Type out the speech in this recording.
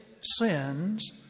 sins